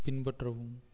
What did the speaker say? பின்பற்றவும்